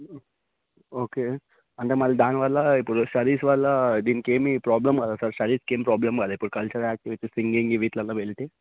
okay అంటే మళ్ళా దానివల్ల ఇప్పుడు స్టడీస్ వల్ల దీనికి ఏమి ప్రాబ్లం కాదా సార్ స్టడీస్కు ఏమి ప్రాబ్లం కాదా ఇప్పుడు కల్చరల్ యాక్టివిటీస్ సింగింగ్ వీటి లో వెళితే